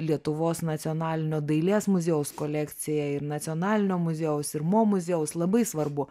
lietuvos nacionalinio dailės muziejaus kolekcija ir nacionalinio muziejaus ir mo muziejaus labai svarbu